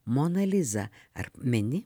mona liza ar meni